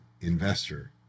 investor